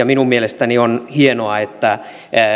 minun mielestäni on hienoa että